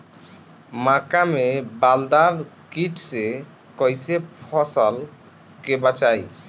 मक्का में बालदार कीट से कईसे फसल के बचाई?